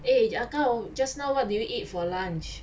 eh just now just now what did you eat for lunch